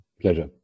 Pleasure